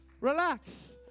relax